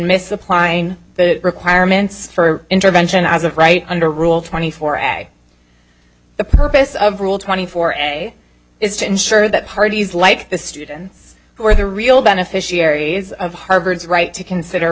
misapplying the requirements for intervention as of right under rule twenty four the purpose of rule twenty four is to ensure that parties like the student who are the real beneficiaries of harvard's right to consider